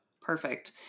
Perfect